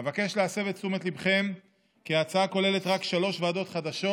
אבקש להסב את תשומת ליבכם כי ההצעה כוללת רק שלוש ועדות חדשות,